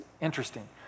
interesting